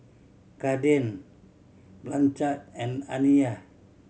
Kaden Blanchard and Aniyah